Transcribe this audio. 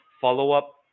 follow-up